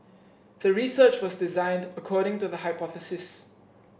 the research was designed according to the hypothesis